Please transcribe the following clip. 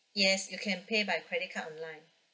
yes you can pay by credit card online